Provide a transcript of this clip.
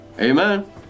Amen